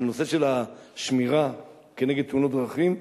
על נושא של השמירה נגד תאונות דרכים,